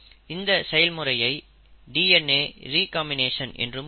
இந்த செயல்முறையை DNA recombination என்றும் கூறுவர்